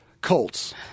Colts